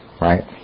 Right